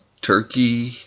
Turkey